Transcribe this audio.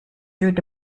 through